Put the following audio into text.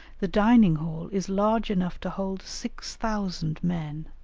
the dining-hall is large enough to hold six thousand men,